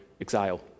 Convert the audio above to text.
exile